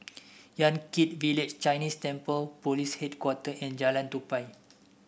Yan Kit Village Chinese Temple Police Headquarter and Jalan Tupai